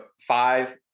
five